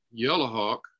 Yellowhawk